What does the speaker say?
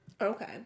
Okay